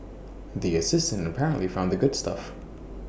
the assistant apparently found the good stuff